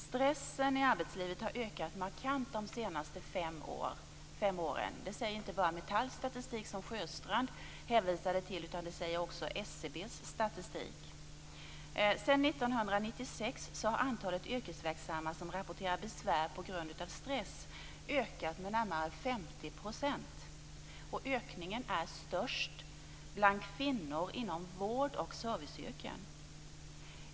Stressen i arbetslivet har ökat markant de senaste fem åren. Det framgår inte bara i Metalls statistik som Sjöstrand hänvisade till, utan det framgår också i SCB:s statistik. Sedan 1996 har antalet yrkesverksamma som rapporterar besvär på grund av stress ökat med närmare 50 %. Ökningen är störst bland kvinnor inom vårdoch serviceyrken.